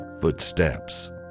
footsteps